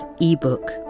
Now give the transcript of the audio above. ebook